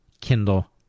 Kindle